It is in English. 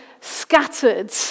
scattered